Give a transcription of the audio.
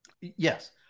Yes